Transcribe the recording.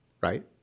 right